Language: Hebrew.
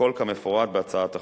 הכול כמפורט בהצעת החוק.